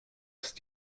ist